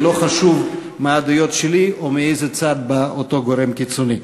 ולא חשוב מה הדעות שלי או מאיזה צד בא אותו גורם קיצוני.